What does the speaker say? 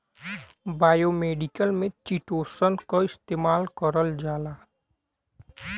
biomedical में chitosan क इस्तेमाल करल जाला